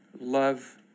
love